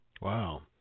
Wow